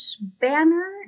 banner